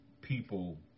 people